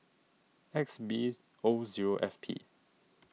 X B O zero F P